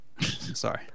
Sorry